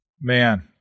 Man